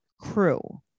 crew